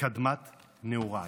קדמת נעורייך".